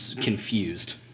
confused